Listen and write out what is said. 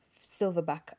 silverback